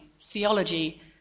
theology